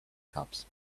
cups